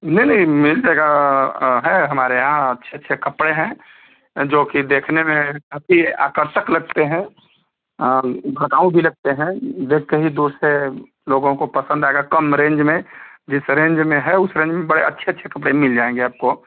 नहीं नहीं मिल जाएगा है हमारे यहाँ अच्छे अच्छे कपड़े हैं जो कि देखने में काफी आकर्षक लगते हैं भड़काऊ भी लगते हैं देख के ही दूर से लोगों को पसंद आएगा कम रेंज में जिस रेंज में है उस रेंज में बड़े अच्छे अच्छे कपड़े मिल जाएँगे आपको